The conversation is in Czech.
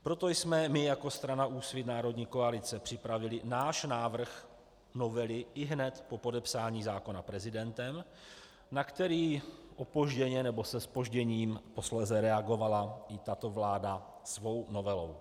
Proto jsme my jako strana Úsvit Národní koalice připravili náš návrh novely ihned po podepsání zákona prezidentem, na který se zpožděním posléze reagovala i tato vláda svou novelou.